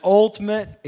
ultimate